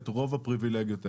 את רוב הפריבילגיות האלה.